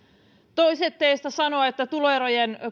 toiset teistä sanovat että tuloerojen